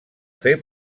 fer